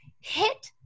hit